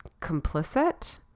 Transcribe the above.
complicit